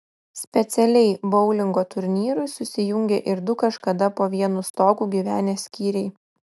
specialiai boulingo turnyrui susijungė ir du kažkada po vienu stogu gyvenę skyriai